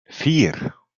vier